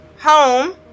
home